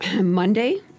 Monday